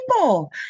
people